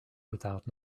without